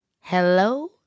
Hello